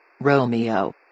Romeo